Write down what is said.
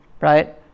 right